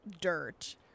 dirt